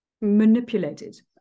manipulated